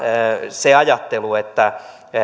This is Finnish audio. se ajattelu että